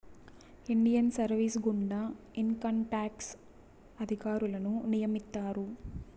Indian service గుండా income tax అధికారులను నియమిత్తారు